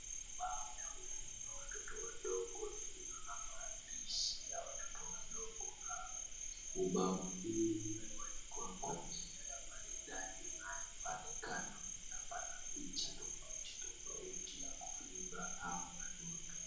Ubao ya kufunza watoto wadogo, iliyo na maandishi ya watoto wadogo hapo, ubao huu umewekwa kwa njia ya maridadi naye pale kando panda pana picha tofautitofauti ya kufunza hawa watoto.